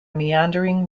meandering